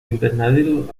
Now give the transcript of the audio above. invernadero